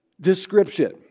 description